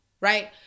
Right